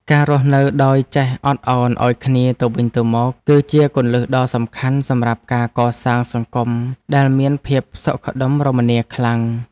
ការរស់នៅដោយចេះអត់ឱនឱ្យគ្នាទៅវិញទៅមក គឺជាគន្លឹះដ៏សំខាន់សម្រាប់ការកសាងសង្គមដែលមានភាពសុខដុមរមនាខ្លាំង។